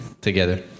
together